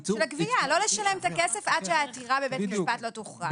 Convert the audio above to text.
לא לשלם את הכסף עד שהעתירה בבית המשפט לא תוכרע.